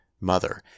Mother